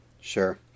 Sure